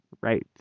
right